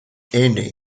tienen